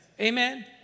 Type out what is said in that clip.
Amen